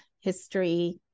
history